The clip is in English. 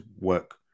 work